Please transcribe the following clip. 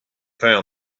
found